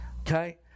okay